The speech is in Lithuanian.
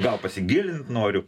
gal pasigilint noriu